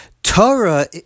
Torah